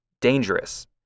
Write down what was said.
dangerous